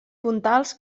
puntals